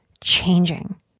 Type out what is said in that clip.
changing